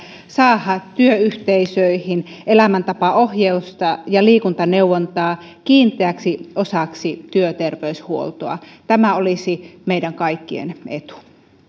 saada työyhteisöihin elämäntapaohjausta ja liikuntaneuvontaa kiinteäksi osaksi työterveyshuoltoa tämä olisi meidän kaikkien etu